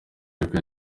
ariko